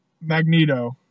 Magneto